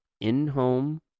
in-home